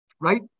Right